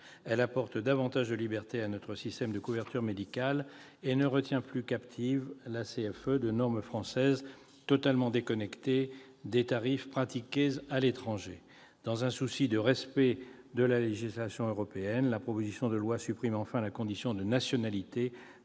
Elle apporte davantage de liberté à notre système de couverture médicale et ne retient plus captive la CFE de normes françaises totalement déconnectées des tarifs pratiqués à l'étranger. Dans un souci de respect de la législation européenne, la proposition de loi supprime enfin la condition de nationalité